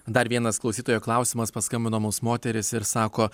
dar vienas klausytojo klausimas paskambino mums moteris ir sako